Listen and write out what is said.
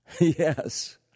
Yes